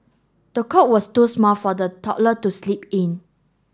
the cot was too small for the toddler to sleep in